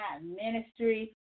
Ministry